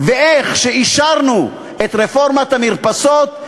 ואיך שאישרנו את רפורמת המרפסות,